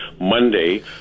Monday